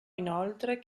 inoltre